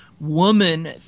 woman